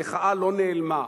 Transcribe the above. המחאה לא נעלמה,